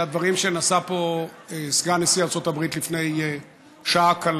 לדברים שנשא פה סגן נשיא ארצות הברית לפני שעה קלה.